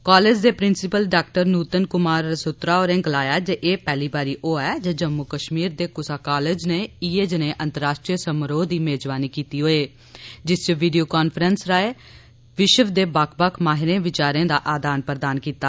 college दे principal डॉ नूतन कुमार रिसोत्रा होरें गलाया जे एह् पैहली बार होआ ऐ जे जम्मू कश्मीर दे कुसा कालेज नै इयै जनेह् अंतर्राश्ट्रीय समारोह् दी मेजबानी कीती जिस च वीडियो कांफ्रेंसिंग राएं विश्व दे बक्ख माहिरें बचारें दा आदान प्रदान कीता